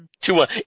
Two-one